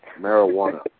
marijuana